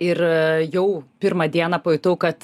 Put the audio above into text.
ir jau pirmą dieną pajutau kad